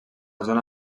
zona